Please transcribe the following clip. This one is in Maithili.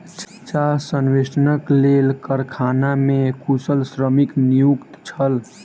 चाह संवेष्टनक लेल कारखाना मे कुशल श्रमिक नियुक्त छल